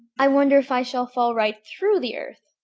i wonder if i shall fall right through the earth!